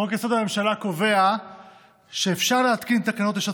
חוק-יסוד: הממשלה קובע שאפשר להתקין תקנות לשעת